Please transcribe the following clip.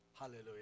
Hallelujah